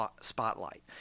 Spotlight